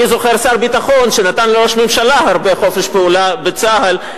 אני זוכר שר ביטחון שנתן לראש ממשלה הרבה חופש פעולה בצה"ל,